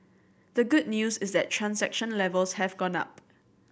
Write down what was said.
the good news is that transaction levels have gone up